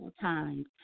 times